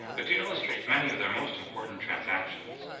but to illustrate many of their most important transactions,